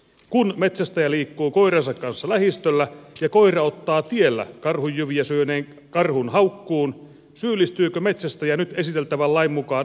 kun metsästäjä liikkuu koiransa kanssa lähistöllä ja koira ottaa tiellä jyviä syöneen karhun haukkuun syyllistyykö metsästäjä nyt esiteltävän lain mukaan metsästysrikokseen